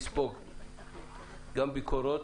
ההסתייגות